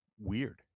weird